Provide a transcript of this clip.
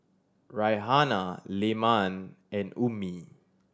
Raihana Leman and Ummi